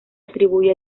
atribuye